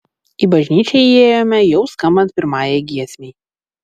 į bažnyčią įėjome jau skambant pirmajai giesmei